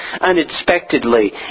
unexpectedly